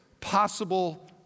possible